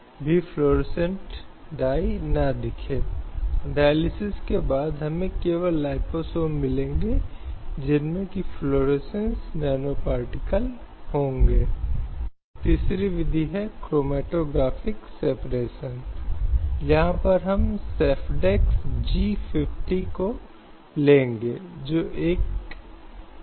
और सभी पहलुओं चाहे वह मानव गरिमा के साथ रहने से संबंधित हो चाहे वह आजीविका से संबंधित हो या वह निजता या शिक्षा से संबंधित हो कई स्थितियों में सभी को भारतीय संविधान के अनुच्छेद 21 के तहत जीवन के अधिकार का एक अभिन्न अंग के रूप में पढ़ा गया है